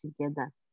together